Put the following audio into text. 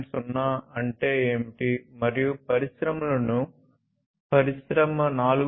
0 అంటే ఏమిటి మరియు పరిశ్రమలను పరిశ్రమ 4